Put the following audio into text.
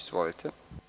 Izvolite.